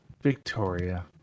Victoria